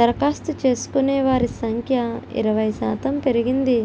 దరఖాస్తు చేసుకునే వారి సంఖ్య ఇరవై శాతం పెరిగింది